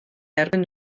erbyn